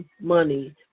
money